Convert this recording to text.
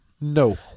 No